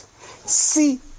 See